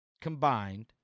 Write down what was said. combined